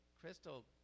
crystal